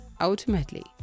ultimately